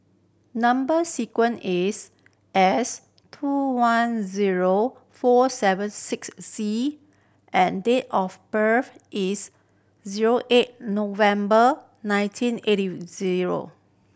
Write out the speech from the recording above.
number sequence is S two one zero four seven six C and date of birth is zero eight November nineteen eighty zero